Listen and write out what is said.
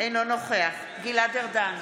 אינו נוכח גלעד ארדן,